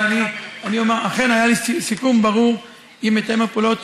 אבל אני אומר שאכן היה לי סיכום ברור עם מתאם הפעולות.